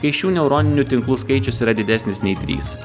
kai šių neuroninių tinklų skaičius yra didesnis nei trys